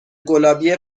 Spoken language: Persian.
گلابی